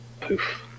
Poof